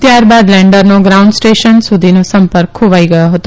ત્યારબાદ લેન્ડરનો ground station સુધીનો સંપર્ક ખોવાઈ ગયો હતો